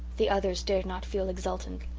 the others dared not feel exultant.